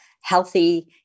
healthy